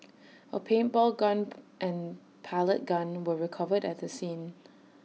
A paintball gun and pellet gun were recovered at the scene